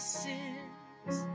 sins